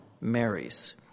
marries